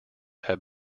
have